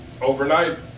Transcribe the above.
overnight